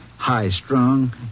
High-strung